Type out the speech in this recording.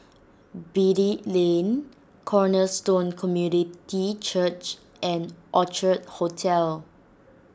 Beatty Lane Cornerstone Community Church and Orchard Hotel